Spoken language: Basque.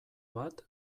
bat